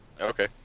Okay